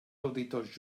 auditors